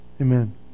Amen